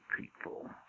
people